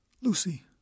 Lucy